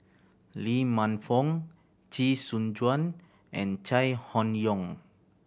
Lee Man Fong Chee Soon Juan and Chai Hon Yoong